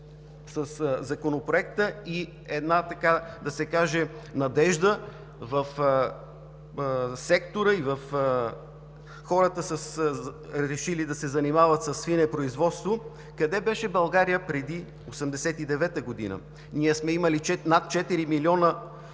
със Законопроекта една надежда в сектора и на хората, решили да се занимават със свинепроизводство, къде беше България преди 1989 г.? Ние сме имали над 4 милиона